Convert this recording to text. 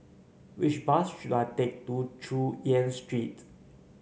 which bus should I take to Chu Yen Street